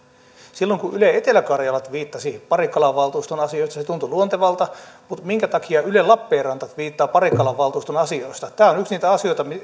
silloin kun yle etelä karjala tviittasi parikkalan valtuuston asioista se tuntui luontevalta mutta minkä takia yle lappeenranta tviittaa parikkalan valtuuston asioista tämä on yksi niitä asioita